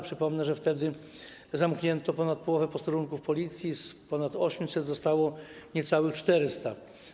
Przypomnę, że wtedy zamknięto ponad połowę posterunków Policji, z ponad 800 zostało niecałe 400.